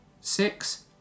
Six